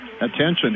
attention